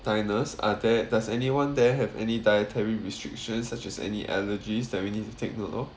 diners are there does anyone there have any dietary restrictions such as any allergies that we need to take note of